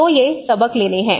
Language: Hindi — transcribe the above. तो ये सबक लेने हैं